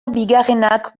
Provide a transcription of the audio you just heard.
bigarrenak